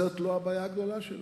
זאת לא הבעיה הגדולה שלנו.